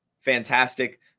Fantastic